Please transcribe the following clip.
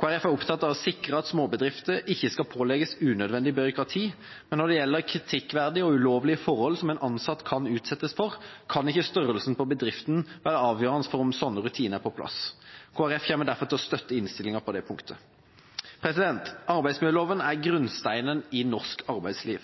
Kristelig Folkeparti er opptatt av å sikre at småbedrifter ikke skal pålegges unødvendig byråkrati, men når det gjelder kritikkverdige og ulovlige forhold som en ansatt kan utsettes for, kan ikke størrelsen på bedriften være avgjørende for om slike rutiner er på plass. Kristelig Folkeparti kommer derfor til å støtte innstillinga på det punktet. Arbeidsmiljøloven er grunnsteinen i norsk arbeidsliv.